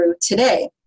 today